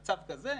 במצב כזה,